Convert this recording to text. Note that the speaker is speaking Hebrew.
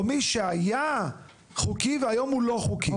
או מי שהיה חוקי והיום הוא לא חוקי,